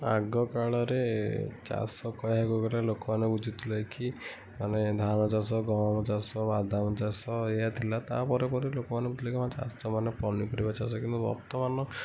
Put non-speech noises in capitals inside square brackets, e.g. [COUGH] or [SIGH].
ଆଗକାଳରେ ଚାଷ କହିବାକୁ ଗଲେ ଲୋକମାନେ ବୁଝୁଥିଲେ କି ମାନେ ଧାନ ଚାଷ ଗହମ ଚାଷ ବାଦାମ ଚାଷ ଏହାଥିଲା ତାପରେ ପରେ ଲୋକମାନଙ୍କୁ [UNINTELLIGIBLE] ପନିପରିବା ଚାଷ କିନ୍ତୁ ବର୍ତ୍ତମାନ